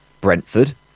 Brentford